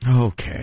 Okay